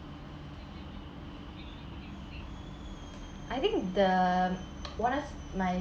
I think the once my